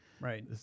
Right